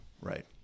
right